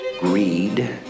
Greed